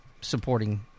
supporting